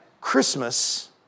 Christmas